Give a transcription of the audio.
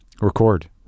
record